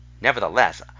nevertheless